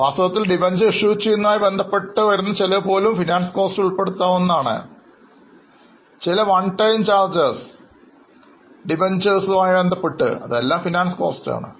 വാസ്തവത്തിൽ ഡിബഞ്ചറുകൾ issue ചെയ്യുന്നതുമായി ബന്ധപ്പെട്ട് വരുന്ന ചെലവ് പോലും ഇതിൽ ഉൾപ്പെടുത്താം അതുപോലെ ചില one time charges ഇവയെല്ലാം ഫിനാൻസ് കോസ്റ്റിൽ പെടുന്നവയാണ്